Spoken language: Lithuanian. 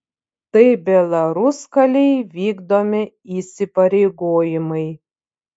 tai belaruskalij vykdomi įsipareigojimai